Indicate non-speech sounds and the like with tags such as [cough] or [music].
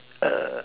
[noise]